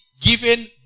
given